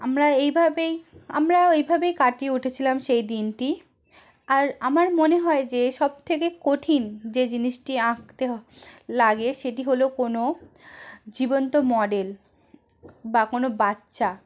আমরা এইভাবেই আমরাও এইভাবেই কাটিয়ে উঠেছিলাম সেই দিনটি আর আমার মনে হয় যে সবথেকে কঠিন যে জিনিসটি আঁকতে হ লাগে সেটি হল কোনো জীবন্ত মডেল বা কোনো বাচ্চা